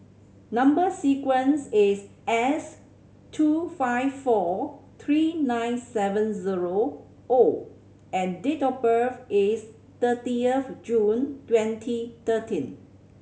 number sequence is S two five four three nine seven zero O and date of birth is thirty of June twenty thirteen